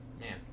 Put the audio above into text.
man